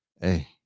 Hey